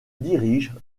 dirige